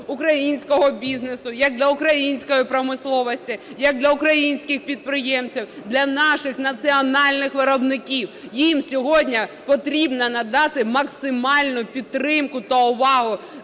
українського бізнесу, як для української промисловості, як для українських підприємців, для наших національних виробників, їм сьогодні потрібно надати максимальну підтримку та увагу